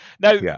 now